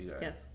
Yes